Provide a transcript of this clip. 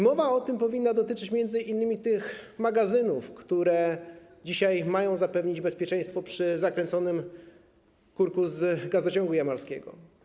Mowa powinna być m.in. o tych magazynach, które dzisiaj mają zapewnić bezpieczeństwo przy zakręconym kurku z gazociągu jamalskiego.